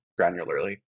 granularly